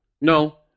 No